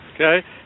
okay